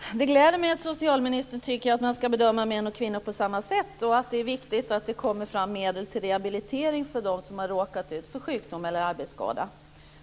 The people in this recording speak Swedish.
Fru talman! Det gläder mig att socialministern tycker att man ska bedöma män och kvinnor på samma sätt och att det är viktigt att det kommer fram medel till rehabilitering för dem som har råkat ut för sjukdom eller arbetsskada.